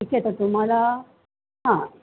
ठीक आहे तर तुम्हाला हां